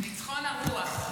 ניצחון הרוח.